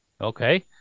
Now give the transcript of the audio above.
Okay